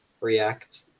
react